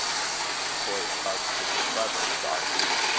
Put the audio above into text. the boy is positively clever, thought hugh.